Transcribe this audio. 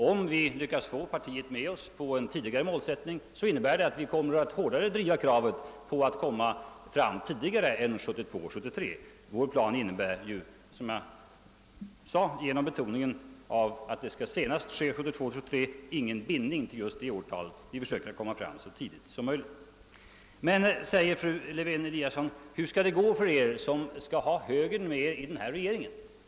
Om vi lyckas få partiet med oss för ett tidigare årtal, så innebär det att kravet på att målsättningen skall uppnås kommer att drivas hårdare, Vår plan innebär ju, genom betoningen av att målsättningen skall uppnås senast 1972/73, ingen bindning till just den tidpunkten. Vi försöker nå målet så tidigt som möjligt. Men, säger fru Lewén-Eliasson, hur skall det gå för er som skall ha högern med er i den regering ni avser att bilda?